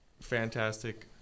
fantastic